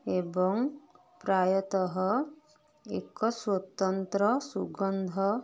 ଏବଂ ପ୍ରାୟତଃ ଏକ ସ୍ୱତନ୍ତ୍ର ସୁଗନ୍ଧ